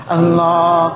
Allah